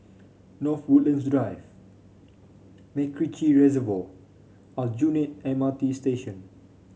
North Woodlands Drive MacRitchie Reservoir Aljunied M R T Station